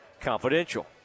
Confidential